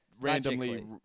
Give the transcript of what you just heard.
Randomly